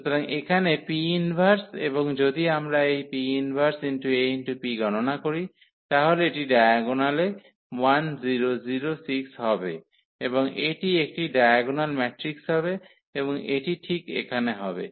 সুতরাং এখানে P−1 এবং যদি আমরা এই P−1 𝐴𝑃 গণনা করি তাহলে এটি ডায়াগোনালে হবে এবং এটি একটি ডায়াগোনাল ম্যাট্রিক্স হবে এবং এটি ঠিক এখানে হবে